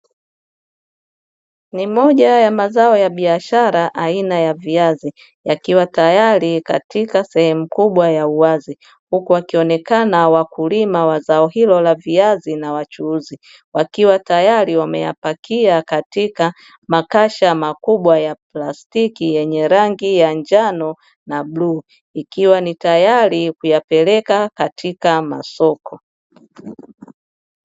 Ni moja ya mazao ya baishara aina ya viazi yakiwa tayari katika sehemu kubwa ya uwazi, huku wakionekana wakulima wa zao hilo la viazi na wachuuzi, wakiwa tayari wameyapakia katika makasha makubwa ya plastiki yenye rangi ya njano na bluu, ikiwa ni tayari kuyapeleka katika masoko.